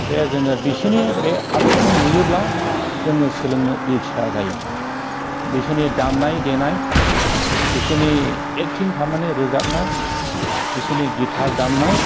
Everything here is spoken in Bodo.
बे जोङो बिसिनि बे आदबखौ नुयोब्ला जोङो सोलोंनो इच्छा जायो बिसोरनि दामनाय देनाय बिसोरनि एकटिं खालामनानै रोजाबनाय बिसोरनि गिटार दामनाय